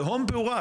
תהום פעורה,